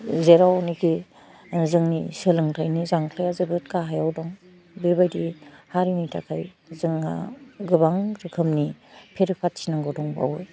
जेराव नाखि ओह जोंनि सोलोंथाइनि जांख्लाया जोबोद गाहायाव दं बेबायदि हारिनि थाखाइ जोङा गोबां रोखोमनि फेर फाथिनांगौ दंबावो